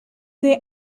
they